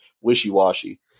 wishy-washy